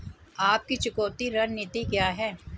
आपकी चुकौती रणनीति क्या है?